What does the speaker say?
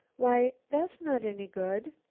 why, that's not any good.